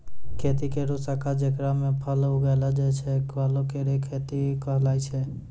खेती केरो शाखा जेकरा म फल उगैलो जाय छै, फलो केरो खेती कहलाय छै